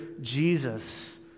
Jesus